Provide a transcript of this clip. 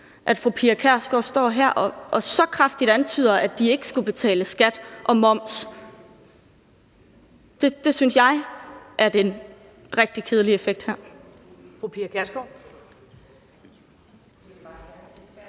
at fru Pia Kjærsgaard står her og så kraftigt antyder, at de ikke skulle betale skat og moms. Det synes jeg er den rigtig kedelige effekt her.